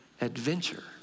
adventure